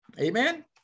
amen